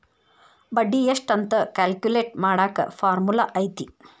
ಬಡ್ಡಿ ಎಷ್ಟ್ ಅಂತ ಕ್ಯಾಲ್ಕುಲೆಟ್ ಮಾಡಾಕ ಫಾರ್ಮುಲಾ ಐತಿ